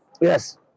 Yes